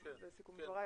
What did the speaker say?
להתייחס בסיכום דבריי.